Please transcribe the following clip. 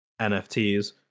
NFTs